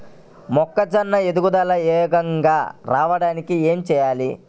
మొక్కజోన్న ఎదుగుదల వేగంగా రావడానికి ఏమి చెయ్యాలి?